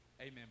amen